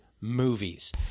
Movies